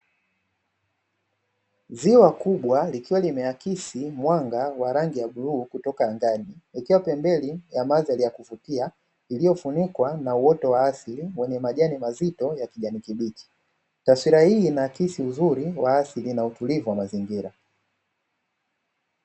Ziwa kubwa likiwa limeakisi mwanga wa rangi ya bluu kutoka ngani ukiwa pembeni ya maji ya kuvutia iliyofunikwa na uoto wa asili wenye majani mazito ya kijani kibichi, taswira hii inaasisi uzuri wa asili na utulivu wa mazingira.